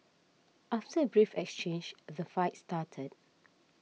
after a brief exchange the fight started